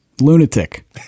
Lunatic